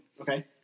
Okay